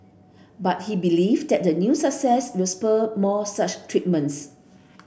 but he believe that the new success will spur more such treatments